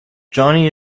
johnny